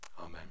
Amen